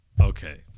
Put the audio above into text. Okay